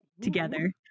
together